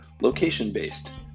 location-based